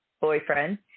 boyfriend